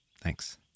Thanks